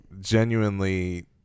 genuinely